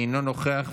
אינו נוכח,